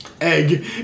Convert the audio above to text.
Egg